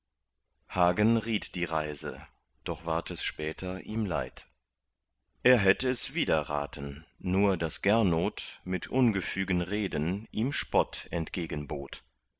hagen riet die reise doch ward es später ihm leid er hätt es widerraten nur daß gernot mit ungefügen reden ihm spott entgegenbot